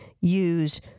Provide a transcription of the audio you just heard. use